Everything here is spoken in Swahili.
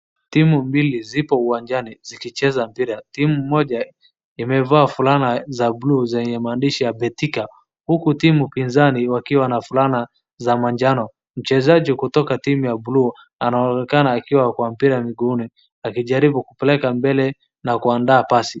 Timu mbili zipo uwanjani, zikicheza mpira. Timu moja imevaa fulana za bluu zenye maandishi ya Betika, huku timu pinzani wakiwa na fulana za majano. Mchezaji kutoka timu ya bluu anaonekana akiwa kwa mpira mguuni, akijaribu kupeleka mbele na kuandaa pasi.